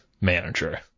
manager